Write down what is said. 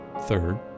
Third